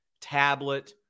tablet